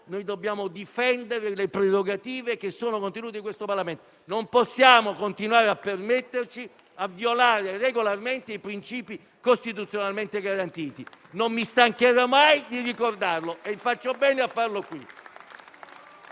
dobbiamo difendere le prerogative del Parlamento. Non possiamo continuare a permetterci di violare regolarmente i principi costituzionalmente garantiti. Non mi stancherò mai di ricordarlo, e faccio bene a farlo qui.